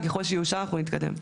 וככל שיאושר, אנחנו נתקדם.